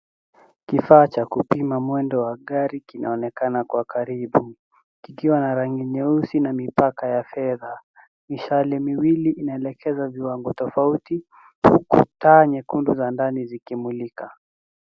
Kifaa cha kupima mwendo wa gari kinaonekana kwa karibu. Kikiwa na rangi nyeusi na mipaka ya fedha. Mistari miwili inaelekea viwango tofauti huku taa nyekundu za ndani zikimulika.